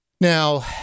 Now